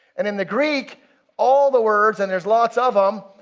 and in the greek all the words and there's lots of them.